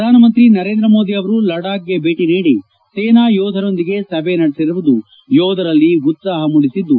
ಪ್ರಧಾನಮಂತ್ರಿ ನರೇಂದ್ರ ಮೋದಿ ಅವರು ಲಡಾಖ್ಗೆ ಛೇಟಿ ನೀಡಿ ಸೇನಾ ಯೋಧರೊಂದಿಗೆ ಸಭೆ ನಡೆಸಿರುವುದು ಯೋಧರಲ್ಲಿ ಉತ್ಪಾಪ ಮೂಡಿಸಿದ್ದು